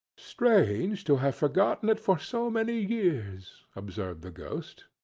strange to have forgotten it for so many years! observed the ghost.